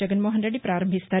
Jaganmohan Reddy ఫారంభిస్తారు